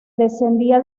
descendía